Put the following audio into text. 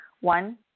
One